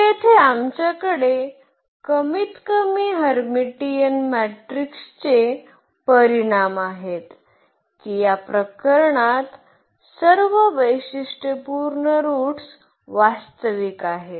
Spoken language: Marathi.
तर येथे आमच्याकडे कमीतकमी हर्मिटियन मॅट्रिक्सचे परिणाम आहेत की या प्रकरणात सर्व वैशिष्ट्यपूर्ण रूट्स वास्तविक आहेत